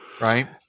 Right